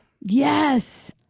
yes